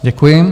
Děkuji.